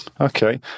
Okay